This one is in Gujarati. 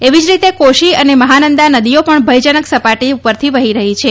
એવી જ રીતે કોશી અને મહાનંદા નદીઓ પણ ભયજનક સપાટી પરથી વહી રહી છે